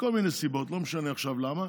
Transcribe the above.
מכל מיני סיבות, לא משנה עכשיו למה,